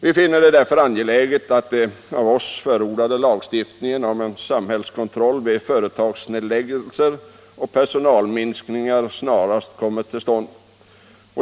Vi finner det därför angeläget att den av oss förordade lagstiftningen om en samhällskontroll vid företagsnedläggningar och personalminskningar snarast kommer till stånd.